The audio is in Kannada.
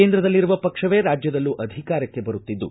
ಕೇಂದ್ರದಲ್ಲಿರುವ ಪಕ್ಷವೇ ರಾಜ್ಯದಲ್ಲೂ ಅಧಿಕಾರಕ್ಕೆ ಬರುತ್ತಿದ್ದು